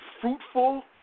fruitful